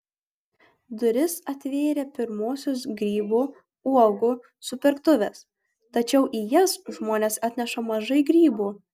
duris atvėrė pirmosios grybų uogų supirktuvės tačiau į jas žmonės atneša mažai grybų